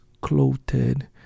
clothed